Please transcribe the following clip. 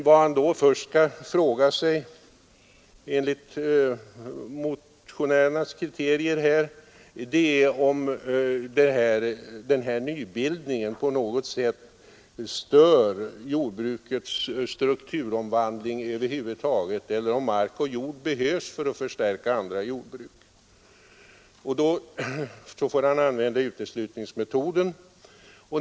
Vad han då först skall fråga sig, enligt motionärernas kriterier, är om denna nybildning på något sätt stör jordbrukets strukturomvandling eller om mark och jord behövs för att förstärka andra jordbruk. Då får han använda uteslutningsmetoden.